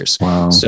Wow